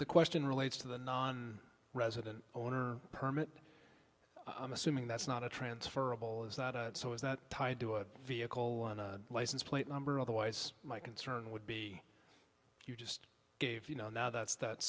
the question relates to the non resident owner permit i'm assuming that's not a transferable is not a so is that tied to a vehicle license plate number otherwise my concern would be if you just gave you know now that's that